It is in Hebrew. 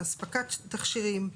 אספקת תכשירים,